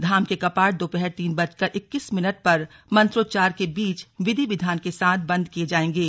धाम के कपाट दोपहर तीन बजकर इक्कीस मिनट पर मंत्रोच्चार के बीच विधि विधान के साथ बंद किये जाएंगे